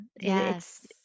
yes